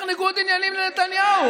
הסדר ניגוד עניינים לנתניהו.